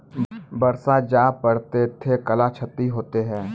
बरसा जा पढ़ते थे कला क्षति हेतै है?